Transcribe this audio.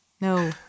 no